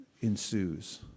ensues